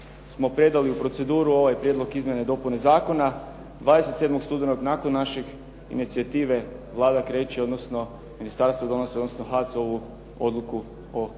smo predali u proceduru ovaj prijedlog izmjene i dopune zakona, 27. studenog, nakon naše inicijative Vlada kreće, odnosno ministarstvo donosi, odnosno HAC-ovu odluku od smanjenju